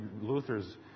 Luther's